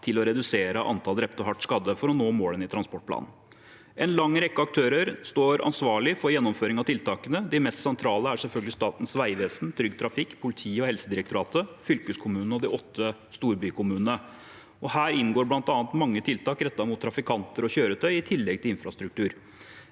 til å redusere antall drepte og hardt skadde for å nå målene i transportplanen. En lang rekke aktører står ansvarlig for gjennomføring av tiltakene. De mest sentrale er selvfølgelig Statens vegvesen, Trygg Trafikk, politiet, Helsedirektoratet, fylkeskommunene og de åtte storbykommunene. Her inngår bl.a. mange tiltak rettet mot trafikanter og kjøretøy, selvfølgelig i tillegg til infrastrukturrettede